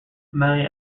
many